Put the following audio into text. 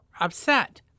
upset